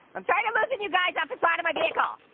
i'm tired um of you guys off the side of my vehicle.